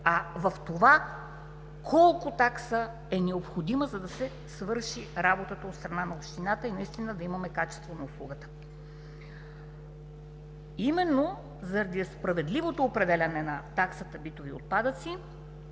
а в това колко такса е необходима, за да се свърши работата от страна на общината и наистина да имаме качество на услугата. Именно заради справедливото определяне на таксата битови отпадъци